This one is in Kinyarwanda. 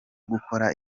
gukora